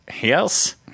yes